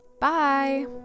Bye